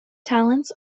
talents